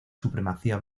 supremacía